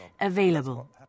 available